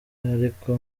ariko